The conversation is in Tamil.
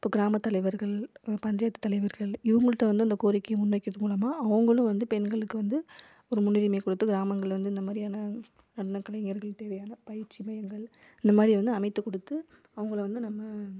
இப்போ கிராமத் தலைவர்கள் அப்புறம் பஞ்சாயத்து தலைவர்கள் இவங்கள்ட்ட வந்து அந்த கோரிக்கையை முன் வைக்கிறது மூலமாக அவங்களும் வந்து பெண்களுக்கு வந்து ஒரு முன்னுரிமை கொடுத்து கிராமங்களில் வந்து இந்த மாதிரியான நடன கலைஞர்கள் தேவையான பயிற்சி மையங்கள் இந்த மாதிரி வந்து அமைத்துக் கொடுத்து அவங்கள வந்து நம்ம